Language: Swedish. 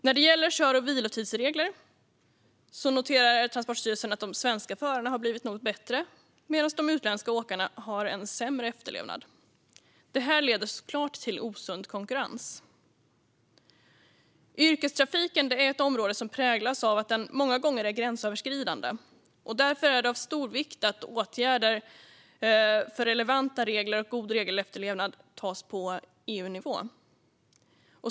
När det gäller kör och vilotidsregler noterade Transportstyrelsen att de svenska förarna har blivit något bättre, medan utländska åkare har en sämre efterlevnad. Detta leder såklart till osund konkurrens. Yrkestrafiken är ett område som präglas av att den många gånger är gränsöverskridande. Därför är det av stor vikt att åtgärder för relevanta regler och god regelefterlevnad vidtas på EU-nivå.